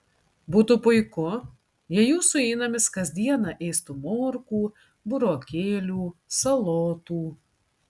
būtų puiku jei jūsų įnamis kas dieną ėstų morkų burokėlių salotų